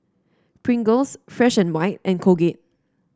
Pringles Fresh And White and Colgate